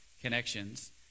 connections